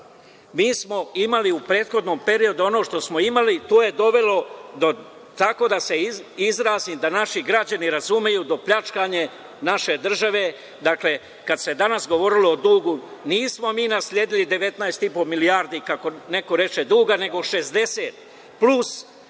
Mi smo imali u prethodnom periodu ono što smo imali, a to je dovelo do, tako da se izrazim da naši građani razumeju, do pljačkanja naše države. Dakle, kada se danas govorilo o dugu, nismo mi nasledili 19,5 milijardi duga, kako neko reče, nego 60, plus